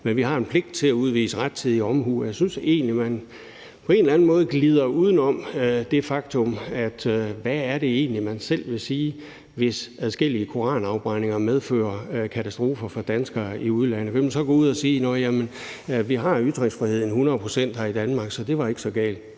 men vi har en pligt til at udvise rettidig omhu. Jeg synes egentlig, at man på en eller anden måde glider uden om det faktum, hvad det egentlig er, man selv vil sige, hvis adskillige koranafbrændinger medfører katastrofer for danskere i udlandet. Vil man så gå ud og sige: Nå ja, vi har ytringsfriheden hundrede procent her i Danmark, så det var ikke så galt?